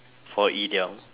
for idiom